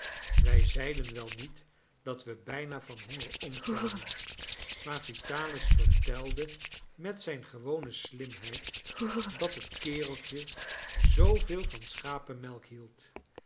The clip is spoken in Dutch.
wij zeiden wel niet dat we bijna van honger omkwamen maar vitalis vertelde met zijn gewone slimheid dat het kereltje zooveel van schapemelk hield